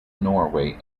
norway